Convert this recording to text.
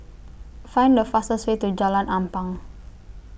Find The fastest Way to Jalan Ampang